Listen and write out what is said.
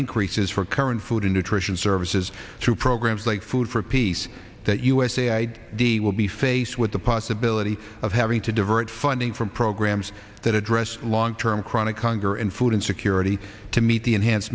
increases for current food and nutrition services to programs like food for peace that usa i d will be faced with the possibility of having to divert funding from programs that address long term chronic congar and food insecurity to meet the enhanced